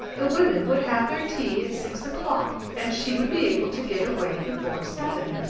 the women would have their tea at six o'clock and she would be able to get away before seven.